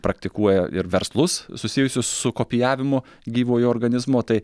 praktikuoja ir verslus susijusius su kopijavimu gyvojo organizmo tai